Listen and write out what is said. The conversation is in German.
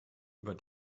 über